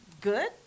good